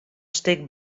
stik